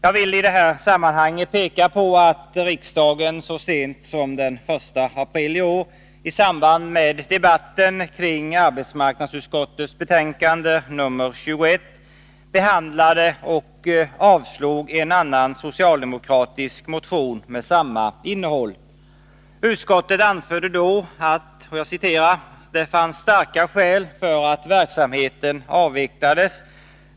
Jag vill i detta sammanhang peka på att riksdagen så sent som den 1 april i år i samband med debatten kring arbetsmarknadsutskottets betänkande nr 21 behandlade och avslog en annan socialdemokratisk motion med samma innehåll. Utskottet anförde då: ”Det fanns starka skäl för att verksamheten avvecklades.